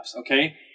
Okay